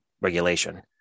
regulation